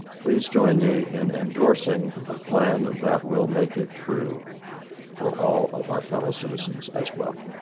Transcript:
please join me in endorsing a plan that will make it true for all of our fellow citizens as well.